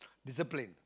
discipline